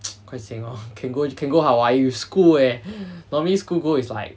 quite sian lor can go can go hawaii school with school eh normally school go is like